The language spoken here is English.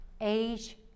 age